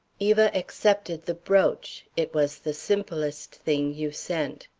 eva accepted the brooch. it was the simplest thing you sent.